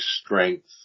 strength